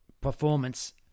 performance